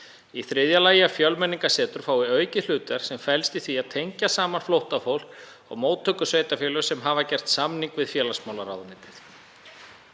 Í þriðja lagi að Fjölmenningarsetur fái aukið hlutverk sem felst í því að tengja saman flóttafólk og móttökusveitarfélög sem hafa gert samning við félagsmálaráðuneytið.